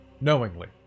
knowingly